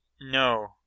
No